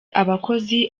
abakozi